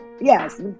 yes